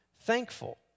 thankful